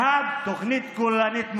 1. תוכנית כוללנית מאושרת,